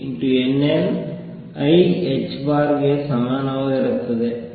n n i ಸಮನಾಗಿರುತ್ತದೆ